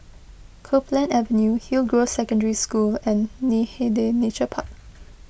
Copeland Avenue Hillgrove Secondary School and Hindhede Nature Park